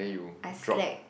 I slack